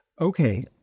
Okay